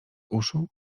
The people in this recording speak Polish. uszu